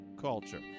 culture